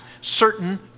certain